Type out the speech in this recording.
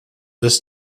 this